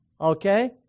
okay